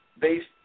Based